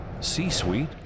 C-Suite